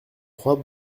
trois